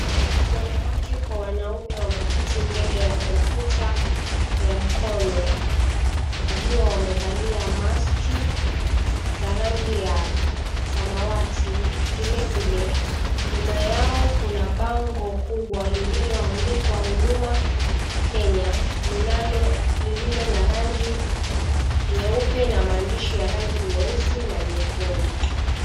Wanawake kwa wanaume wameketi mbele ya kompyuta ya mkono wakiwa wamevalia maski za rangi ya samawati. Vilevile, nyuma yao kuna bango kubwa lililoandikwa Huduma Kenya, lililo na rangi nyeupe na maandishi ya rangi nyeusi na nyekundu.